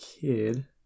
kid